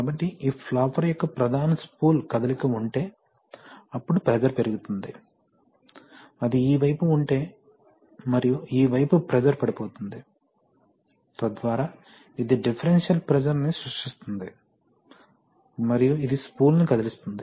కాబట్టి ఈ ఫ్లాపర్ యొక్క ప్రధాన స్పూల్ కదలిక ఉంటే అప్పుడు ప్రెషర్ పెరుగుతుంది అది ఈ వైపు ఉంటే మరియు ఈ వైపు ప్రెషర్ పడిపోతుంది తద్వారా ఇది డిఫరెన్షియల్ ప్రెషర్ని సృష్టిస్తుంది మరియు ఇది స్పూల్ను కదిలిస్తుంది